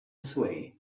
sway